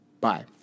Bye